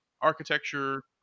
architecture